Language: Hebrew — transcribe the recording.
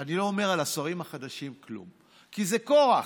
אני לא אומר על השרים החדשים כלום, כי זה כורח,